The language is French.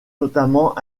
notamment